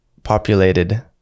populated